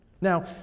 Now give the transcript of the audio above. Now